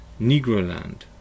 Negroland